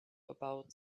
about